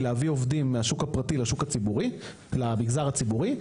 להביא עובדים מהשוק הפרטי למגזר הציבורי,